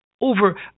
Over